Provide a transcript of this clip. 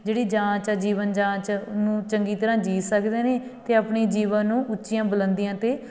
ਜਿਹੜੀ ਜਾਂਚ ਹੈ ਜੀਵਨ ਜਾਂਚ ਉਹਨੂੰ ਚੰਗੀ ਤਰ੍ਹਾਂ ਜੀ ਸਕਦੇ ਨੇ ਅਤੇ ਆਪਣੀ ਜੀਵਨ ਨੂੰ ਉੱਚੀਆਂ ਬੁਲੰਦੀਆਂ 'ਤੇ